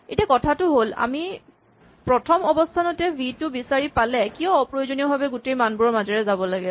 এতিয়া কথাটো হ'ল আমি প্ৰথম অৱস্হানতে ভি টো বিচাৰি পালে কিয় অপ্ৰজনীয়ভাৱে গোটেই মানবোৰৰ মাজেৰে যাব লাগে